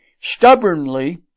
stubbornly